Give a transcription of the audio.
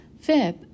Fifth